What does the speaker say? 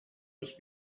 was